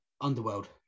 underworld